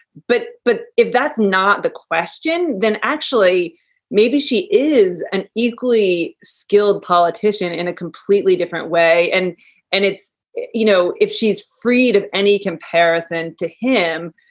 but but if that's not the question, then actually maybe she is an equally skilled politician in a completely different way. and and it's you know, if she is freed of any comparison to him,